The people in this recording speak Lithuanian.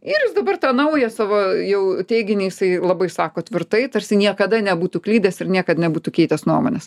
ir jis dabar tarnauja savo jau teiginį jisai labai išsako tvirtai tarsi niekada nebūtų klydęs ir niekad nebūtų keitęs nuomonės